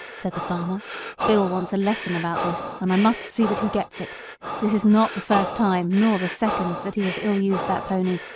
said the farmer bill wants a lesson about this, and i must see that he gets it this is not the first time, nor the second, that he has ill-used that pony,